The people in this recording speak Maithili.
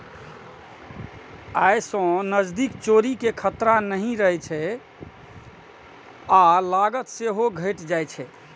अय सं नकदीक चोरी के खतरा नहि रहै छै आ लागत सेहो घटि जाइ छै